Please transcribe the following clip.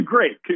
Great